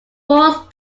fourth